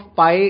pi